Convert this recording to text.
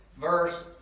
verse